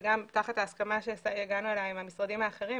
וגם תחת ההסכמה שהגענו אליה עם המשרדים האחרים,